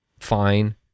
fine